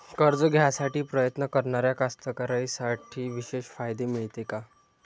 कर्ज घ्यासाठी प्रयत्न करणाऱ्या कास्तकाराइसाठी विशेष फायदे मिळते का?